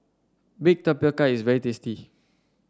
Baked Tapioca is very tasty